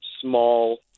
small